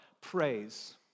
Praise